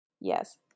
Yes